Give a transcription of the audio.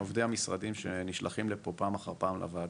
מעובדי המשרדים שנשלחים לפה פעם אחר פעם לוועדה,